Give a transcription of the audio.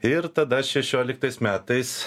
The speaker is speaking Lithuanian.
ir tada šešioliktais metais